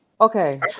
okay